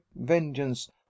vengeance